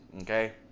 okay